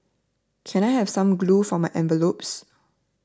can I have some glue for my envelopes